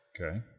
Okay